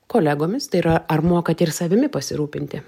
kolegomis tai yra ar mokate ir savimi pasirūpinti